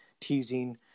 teasing